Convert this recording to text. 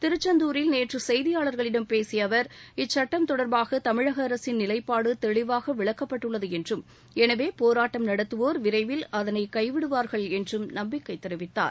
திருச்செந்தூரில் நேற்று செய்தியாளர்களிடம் பேசிய அவர் இச்சட்டம் தொடர்பாக தமிழக அரசின் நிலைப்பாடு தெளிவாக விளக்கப்பட்டுள்ளது என்றும் எனவே போராட்டம் நடத்துவோர்விரைவில் அதனை கைவிடுவார்கள் என்றும் நம்பிக்கை தெரிவித்தார்